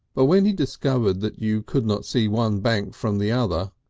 but when he discovered that you could not see one bank from the other,